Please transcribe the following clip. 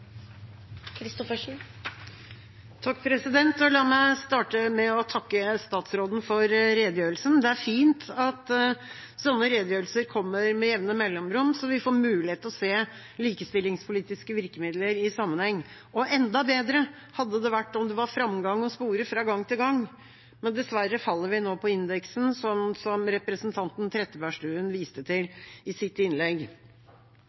fint at sånne redegjørelser kommer med jevne mellomrom, så vi får mulighet til å se likestillingspolitiske virkemidler i sammenheng. Enda bedre hadde det vært om det var framgang å spore fra gang til gang, men dessverre faller vi nå på indeksen, som representanten Trettebergstuen viste til i sitt innlegg.